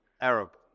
Arab